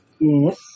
Yes